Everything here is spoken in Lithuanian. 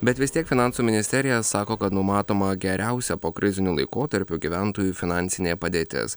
bet vis tiek finansų ministerija sako kad numatoma geriausia pokriziniu laikotarpiu gyventojų finansinė padėtis